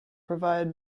provide